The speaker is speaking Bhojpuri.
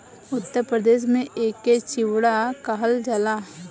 उत्तर भारत में एके चिवड़ा कहल जाला